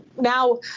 now